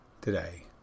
today